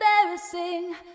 embarrassing